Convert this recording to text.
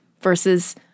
versus